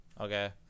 Okay